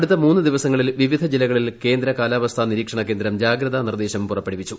അടുത്ത മൂന്ന് ദിവസങ്ങളിൽ വിവിധ ജില്ലകളിൽ കേന്ദ്ര കാലാവസ്ഥ നിരീക്ഷണ കേന്ദ്രം ജാഗ്രതാ നിർദ്ദേശം പുറപ്പെടുവിച്ചു